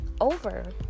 over